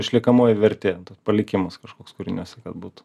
išliekamoji vertė palikimas kažkoks kūriniuse galbūt